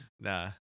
nah